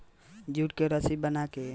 jute के रसी बना के ओहिसे पटिहाट बिनल जाला